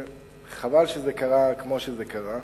חבל שזה קרה כמו שזה קרה.